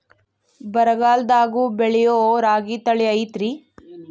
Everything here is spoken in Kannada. ಬರಗಾಲದಾಗೂ ಬೆಳಿಯೋ ರಾಗಿ ತಳಿ ಐತ್ರಿ?